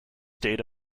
data